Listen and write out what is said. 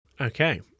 okay